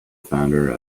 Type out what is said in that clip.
founder